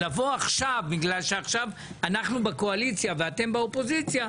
זה לבוא עכשיו בגלל שעכשיו אנחנו בקואליציה ואתם באופוזיציה,